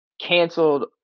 canceled